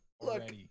Look